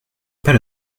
pas